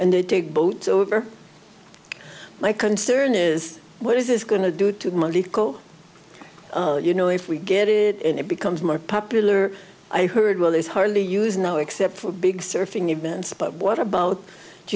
and they take boats over my concern is what is this going to do to you know if we get it and it becomes more popular i heard well there's hardly use now except for big surfing events but what about d